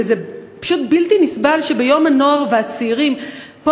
וזה פשוט בלתי נסבל שביום הנוער והצעירים פה,